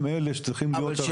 הם אלה שצריכים להיות הריבונים.